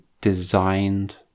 designed